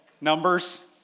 Numbers